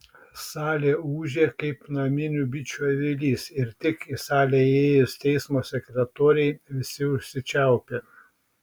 salė ūžė kaip naminių bičių avilys ir tik į salę įėjus teismo sekretorei visi užsičiaupė